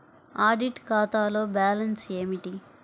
Audit ఖాతాలో balance ఏమిటీ?